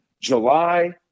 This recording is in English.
July